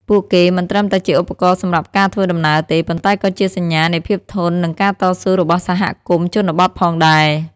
ពួកគេមិនត្រឹមតែជាឧបករណ៍សម្រាប់ការធ្វើដំណើរទេ ប៉ុន្តែក៏ជាសញ្ញានៃភាពធន់និងការតស៊ូរបស់សហគមន៍ជនបទផងដែរ។